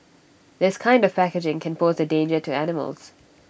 this kind of packaging can pose A danger to animals